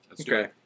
Okay